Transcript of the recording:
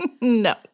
No